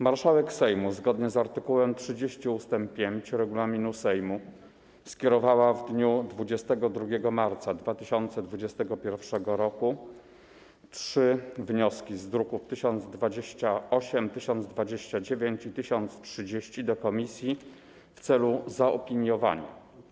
Marszałek Sejmu zgodnie z art. 30 ust. 5 regulaminu Sejmu skierowała w dniu 22 marca 2021 r. trzy wnioski z druków nr 1028, 1029 i 1030 do komisji w celu zaopiniowania.